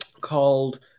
called